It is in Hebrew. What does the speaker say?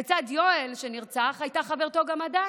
לצד יואל שנרצח הייתה גם חברתו הדסה.